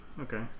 okay